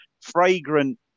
fragrant